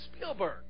Spielberg